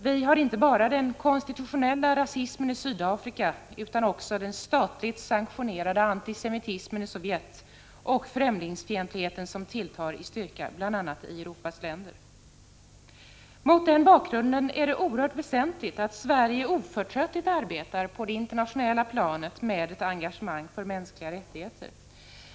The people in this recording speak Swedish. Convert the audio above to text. Vi har inte bara den konstitutionella rasismen i Sydafrika utan också den statligt sanktionerade antisemitismen i Sovjet och främlingsfientligheten som tilltar i styrka, bl.a. i Europa. Mot den bakgrunden är det oerhört väsentligt att Sverige oförtröttligt arbetar på det internationella planet med ett engagemang för mänskliga rättigheter.